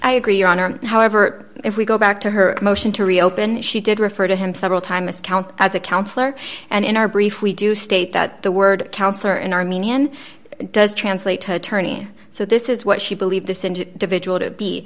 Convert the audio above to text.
i agree your honor however if we go back to her motion to reopen it she did refer to him several times count as a counsellor and in our brief we do state that the word counselor in armenian does translate to attorney so this is what she believed